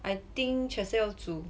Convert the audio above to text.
I think chester 要煮